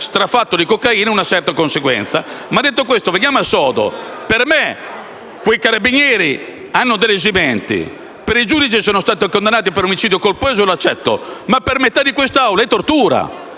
strafatto di cocaina, una certa conseguenza. Detto ciò, veniamo al sodo. Per me quei carabinieri hanno delle esimenti, mentre il giudice li ha condannati per omicidio colposo, ed io lo accetto; ma per metà di quest'Aula è tortura,